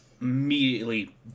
immediately